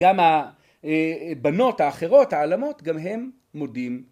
גם הבנות האחרות העלמות גם הם מודים.